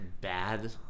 bad